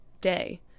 day